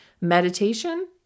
Meditation